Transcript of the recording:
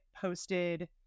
posted